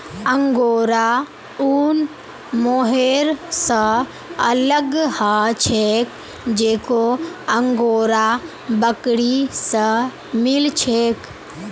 angora ऊन mohair स अलग ह छेक जेको अंगोरा बकरी स मिल छेक